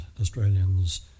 Australians